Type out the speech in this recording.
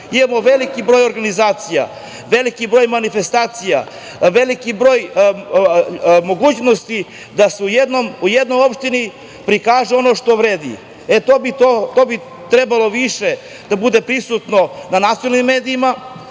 veliki broj organizacija, veliki broj manifestacija, veliki broj mogućnosti da se u jednoj opštini prikaže ono što vredi. E, to bi trebalo više da bude prisutno na nacionalnim medijima,